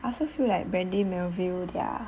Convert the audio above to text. I also feel like brandy melville their